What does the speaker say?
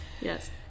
Yes